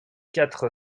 quatre